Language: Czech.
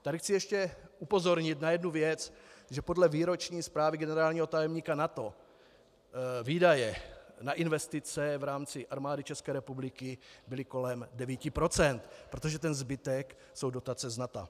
Tady chci ještě upozornit na jednu věc, že podle výroční zprávy generálního tajemníka NATO výdaje na investice v rámci Armády ČR byly kolem 9 %, protože ten zbytek jsou dotace z NATO.